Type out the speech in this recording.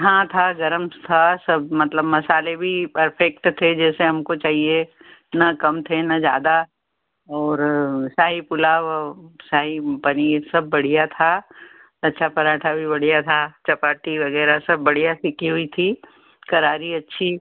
हाँ था गर्म था सब मतलब मसाले भी परफेक्ट थे जैसे हमको चाहिए न कम थे न ज़्यादा और शाही पुलाव शाही पनीर सब बढ़िया था लच्छा परांठा भी बढ़िया था चपाती वगैरह सब बढ़िया सिकी हुई थी करारी अच्छी